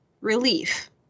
relief